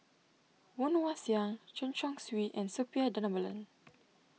Woon Wah Siang Chen Chong Swee and Suppiah Dhanabalan